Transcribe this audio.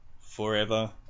forever